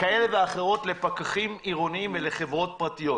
כאלה ואחרות לפקחים עירוניים ולחברות פרטיות.